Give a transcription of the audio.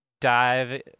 dive